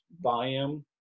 volume